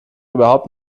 überhaupt